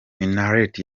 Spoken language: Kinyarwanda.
minnaert